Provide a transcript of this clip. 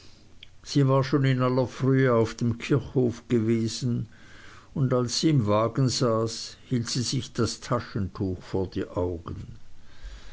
sie war schon in aller frühe auf dem kirchhof gewesen und als sie im wagen saß hielt sie sich das taschentuch vor die augen